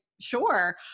Sure